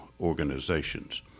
organizations